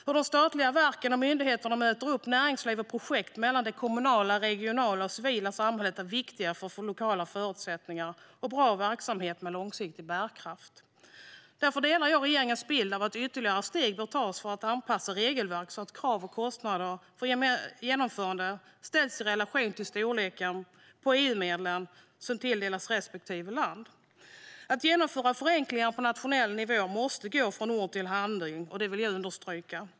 Hur de statliga verken och myndigheterna möter näringsliv och projekt mellan det kommunala, regionala och civila samhället är viktigt för de lokala förutsättningarna och för att få bra verksamhet med långsiktig bärkraft. Därför delar jag regeringens bild av att ytterligare steg bör tas för att anpassa regelverk så att krav och kostnader för genomförande ställs i relation till storleken på EU-medlen som tilldelas respektive land. Att genomföra förenklingar på nationell nivå måste gå från ord till handling. Det vill jag understryka.